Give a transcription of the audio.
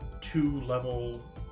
two-level